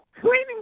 cleaning